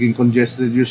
congested